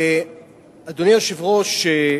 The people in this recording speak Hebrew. אדוני היושב-ראש,